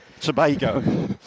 Tobago